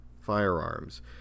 firearms